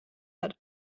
hat